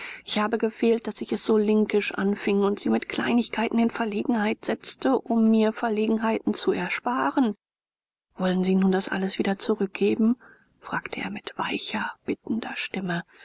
ich habe gefehlt daß ich es so linkisch anfing und sie mit kleinigkeiten in verlegenheiten setzte um mir verlegenheiten zu ersparen wollen sie nun das alles wieder zurückgeben fragte er mit weicher bittender stimme